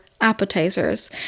appetizers